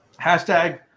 hashtag